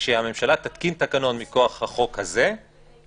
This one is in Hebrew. שכאשר הממשלה תתקין תקנות מכוח החוק הזה,